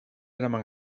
eraman